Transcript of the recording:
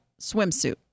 swimsuit